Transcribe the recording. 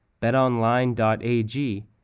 betonline.ag